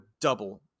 double